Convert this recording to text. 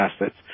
assets